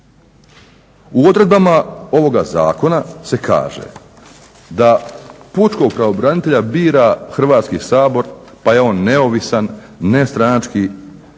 U odredbama ovoga zakona se kaže da pučkog pravobranitelja bira Hrvatski sabor pa je on neovisan, nestranački